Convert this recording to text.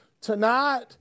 Tonight